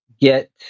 get